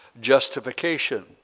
justification